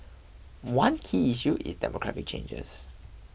one key issue is demographic changes